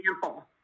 example